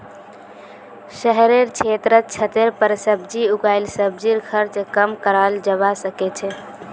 शहरेर क्षेत्रत छतेर पर सब्जी उगई सब्जीर खर्च कम कराल जबा सके छै